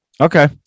Okay